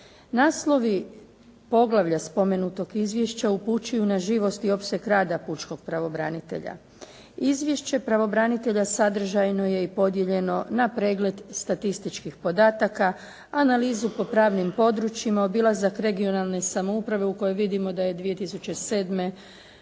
Naslovi poglavlja spomenutog izvješća upućuju na živost i opseg rada pučkog pravobranitelja. Izvješće pravobranitelja sadržajno je i podijeljeno na pregled statističkih podataka, analizu po pravnim područjima, obilazak regionalne samouprave u koje vidimo da je 2007.